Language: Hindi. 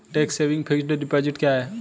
टैक्स सेविंग फिक्स्ड डिपॉजिट क्या है?